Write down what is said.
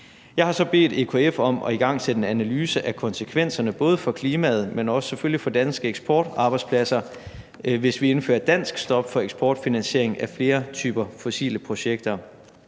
Jeg har så bedt EKF om at igangsætte en analyse af konsekvenserne både for klimaet, men selvfølgelig også for danske eksportarbejdspladser, hvis vi indfører et dansk stop for eksportfinansiering af flere typer fossile projekter.